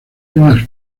islas